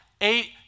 eight